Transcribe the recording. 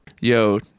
yo